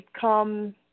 come